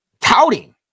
touting